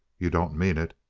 you don't mean it!